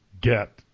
get